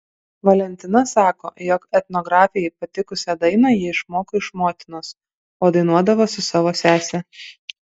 valentina sako jog etnografei patikusią dainą ji išmoko iš motinos o dainuodavo su savo sese